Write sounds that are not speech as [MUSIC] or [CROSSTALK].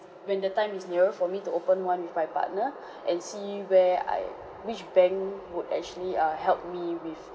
when the time is near for me to open one with my partner [BREATH] and see where I which bank would actually uh help me with